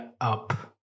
up